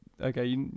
Okay